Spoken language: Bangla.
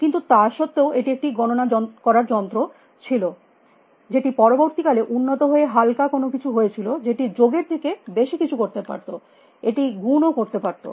কিন্তু তা সত্ত্বেও এটি একটি গণনা করার যন্ত্র ছিল যেটি পরবর্তীকালে উন্নত হয়ে হাল্কা কোনো কিছু হয়েছিল যেটি যোগের থেকে বেশী কিছু করতে পারত এটি গুণও করতে পারত